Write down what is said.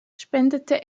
spendete